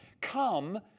come